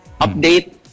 update